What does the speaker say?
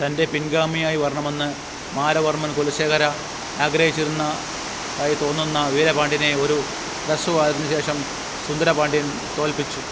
തന്റെ പിൻഗാമിയായി വരണമെന്ന് മാരവർമ്മൻ കുലശേഖര ആഗ്രഹിച്ചിരുന്നതായി തോന്നുന്ന വീരപാണ്ഡ്യനെ ഒരു ഹ്രസ്വകാലത്തിനുശേഷം സുന്ദരപാണ്ഡ്യന് തോല്പ്പിച്ചു